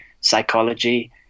psychology